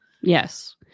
Yes